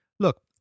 Look